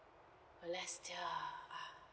alestia ah